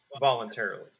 voluntarily